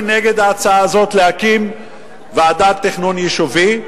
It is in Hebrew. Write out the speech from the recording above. נגד ההצעה הזאת להקים ועדת תכנון יישובי,